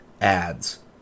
ads